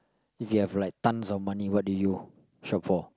if you have like tons of money what do you shop for